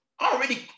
already